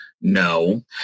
No